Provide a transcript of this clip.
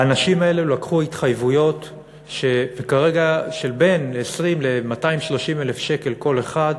האנשים האלה לקחו התחייבויות של בין 200,000 ל-230,000 שקל כל אחד,